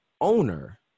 owner